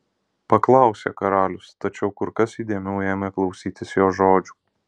paklausė karalius tačiau kur kas įdėmiau ėmė klausytis jos žodžių